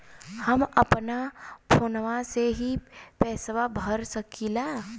हम अपना फोनवा से ही पेसवा भर सकी ला?